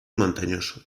montañoso